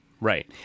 Right